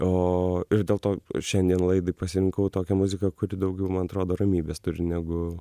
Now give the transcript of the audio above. o ir dėl to šiandien laidai pasirinkau tokią muziką kuri daugiau man atrodo ramybės turi negu